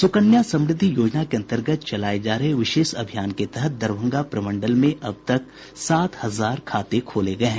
सुकन्या समृद्धि योजना के अंतर्गत चलाये जा रहे विशेष अभियान के तहत दरभंगा प्रमंडल में अब तक सात हजार खाते खोले गये हैं